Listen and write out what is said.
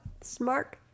smart